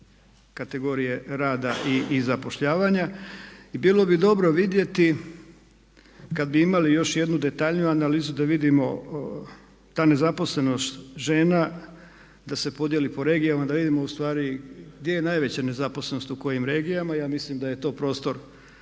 kategorije rada i zapošljavanja. Bilo bi dobro vidjeti kad bi imali još jednu detaljniju analizu da vidimo ta nezaposlenost žena da se podijeli po regijama da vidimo ustvari gdje je najveća nezaposlenost u kojim regijama. Ja mislim da je to prostor